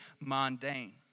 mundane